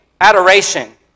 adoration